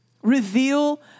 Reveal